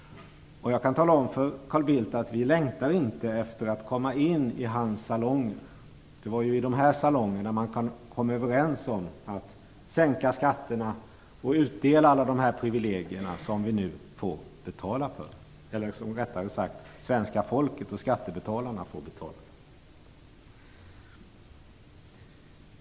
Jag kan tala om för Carl Bildt att vi inte längtar efter att komma in i hans salonger. Det var i de salongerna man kom överens om att sänka skatterna och utdela alla de privilegier som svenska folket och skattebetalarna nu får betala för.